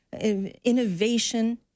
innovation